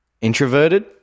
Introverted